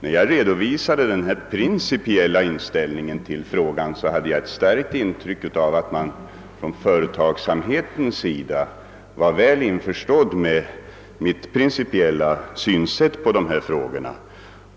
När jag redovisade min principiella inställning till frågan fick jag ett starkt intryck av att man inom företagsamheten var väl införstådd med mitt synsätt på dessa frågor.